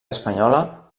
espanyola